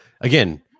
again –